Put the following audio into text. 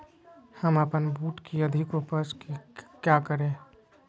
हम अपन बूट की अधिक उपज के क्या करे?